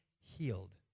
healed